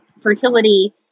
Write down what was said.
fertility